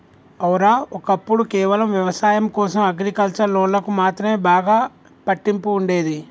ఔర, ఒక్కప్పుడు కేవలం వ్యవసాయం కోసం అగ్రికల్చర్ లోన్లకు మాత్రమే బాగా పట్టింపు ఉండేది